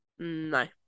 No